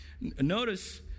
Notice